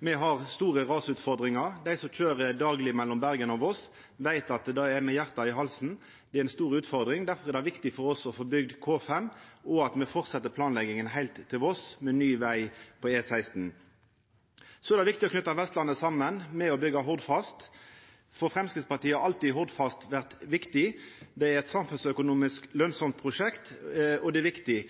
Me har store rasutfordringar. Dei som køyrer dagleg mellom Bergen og Voss, veit at det er med hjarta i halsen. Det er ei stor utfordring. Difor er det viktig for oss å få bygd K5, og at me fortset planlegginga heilt til Voss, med ny veg på E16. Så er det viktig å knyta Vestlandet saman ved å byggja Hordfast. For Framstegspartiet har Hordfast alltid vore viktig. Det er eit samfunnsøkonomisk lønsamt prosjekt, og det er viktig.